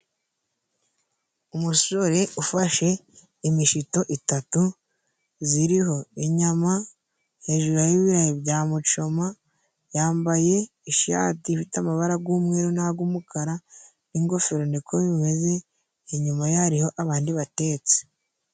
Umusore ufashe imishito itatu ziriho inyama , hejuru hariho ibirayi bya mucoma, yambaye ishati ifite amabara g'umweru n'ag'umukara n'ingofero niko bimeze, inyuma ye hariho abandi batetsi.